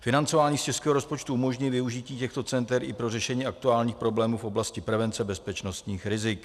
Financování z českého rozpočtu umožní využití těchto center i pro řešení aktuálních problémů v oblasti prevence bezpečnostních rizik.